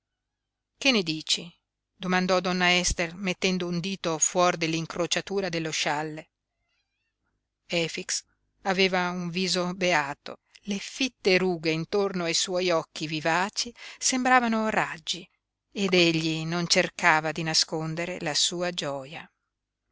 che ne dici domandò donna ester mettendo un dito fuor dell'incrociatura dello scialle efix aveva un viso beato le fitte rughe intorno ai suoi occhi vivaci sembravano raggi ed egli non cercava di nascondere la sua gioia